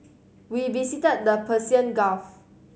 we visited the Persian Gulf